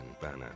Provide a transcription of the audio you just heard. banner